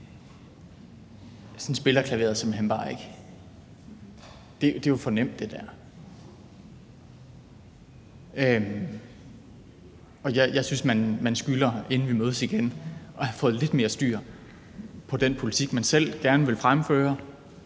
Sådan spiller klaveret simpelt hen bare ikke. Det er jo for nemt, det der. Jeg synes, man skylder, inden vi mødes igen, at have fået lidt mere styr på den politik, man selv gerne vil fremføre